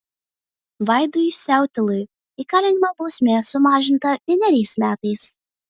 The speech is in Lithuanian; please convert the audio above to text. vaidui siautilui įkalinimo bausmė sumažinta vieneriais metais